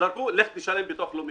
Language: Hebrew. "לך תשלם ביטוח לאומי".